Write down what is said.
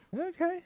Okay